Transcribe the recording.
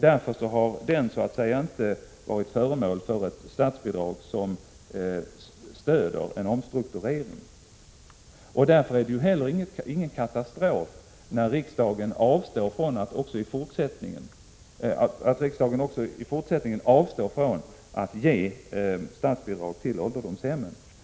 Därför har ålderdomshemmen inte haft något statsbidrag. Det är därför heller ingen katastrof när riksdagen också i fortsättningen avstår från att ge statsbidrag till ålderdomshemmen.